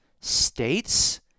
states